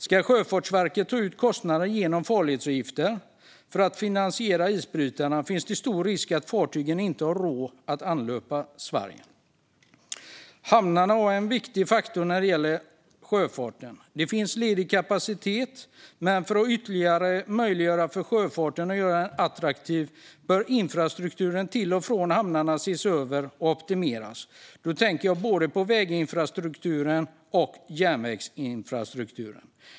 Ska Sjöfartsverket ta ut kostnaden genom farledsavgifter för att finansiera isbrytarna finns det stor risk att fartygen inte har råd att anlöpa Sverige. Hamnarna är en viktig faktor när det gäller sjöfarten. Det finns ledig kapacitet, men för att ytterligare göra sjöfarten attraktiv bör infrastrukturen till och från hamnarna ses över och optimeras. Då tänker jag både på väginfrastrukturen och på järnvägsinfrastrukturen.